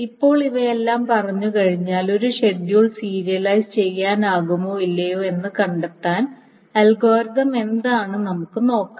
ഇപ്പോൾ ഇവയെല്ലാം പറഞ്ഞുകഴിഞ്ഞാൽ ഒരു ഷെഡ്യൂൾ സീരിയലൈസ് ചെയ്യാനാകുമോ ഇല്ലയോ എന്ന് കണ്ടെത്താൻ അൽഗോരിതം എന്താണെന്ന് നമുക്ക് നോക്കാം